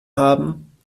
haben